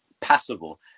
passable